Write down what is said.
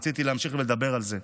רציתי להמשיך ולדבר על זה,